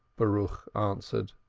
baruch answered.